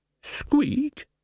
Squeak